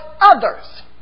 others